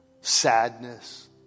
sadness